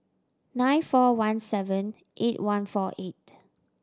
nine four one seven eight one four eight